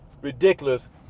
ridiculous